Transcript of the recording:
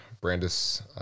Brandis